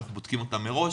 אנחנו בודקים אותם מראש,